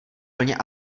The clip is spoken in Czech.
plně